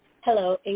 Hello